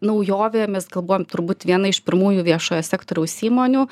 naujovė mes gal buvom turbūt viena iš pirmųjų viešojo sektoriaus įmonių